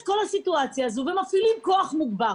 כל הסיטואציה הזאת ומפעילים כוח מוגבר.